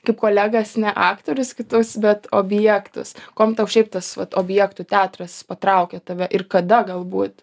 kaip kolegas ne aktorius kitus bet objektus kuom tau šiaip tas vat objektų teatras patraukė tave ir kada galbūt